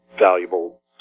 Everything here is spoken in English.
valuable